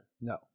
No